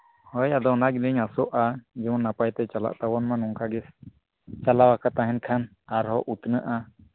ᱦᱳᱭ ᱟᱫᱚ ᱚᱱᱟ ᱜᱮᱞᱤᱧ ᱟᱥᱚᱜᱼᱟ ᱫᱩ ᱱᱟᱯᱟᱭ ᱛᱮ ᱪᱟᱞᱟᱜ ᱛᱟᱵᱚᱱ ᱢᱟ ᱱᱚᱝᱠᱟ ᱜᱮ ᱪᱟᱞᱟᱣᱟᱠᱟ ᱛᱟᱦᱮᱱ ᱠᱷᱟᱱ ᱟᱨᱦᱚᱸ ᱩᱛᱱᱟᱹᱜᱼᱟ